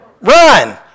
Run